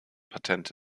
patent